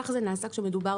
כך זה נעשה כשמדובר